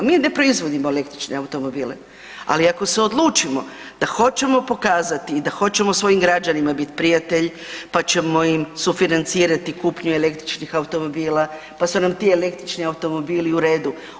Mi ne proizvodimo električne automobile, ali ako se odlučimo da hoćemo pokazati i da hoćemo svojim građanima bit prijatelj, pa ćemo im sufinancirati kupnju električnih automobila, pa su nam ti električni automobili u redu.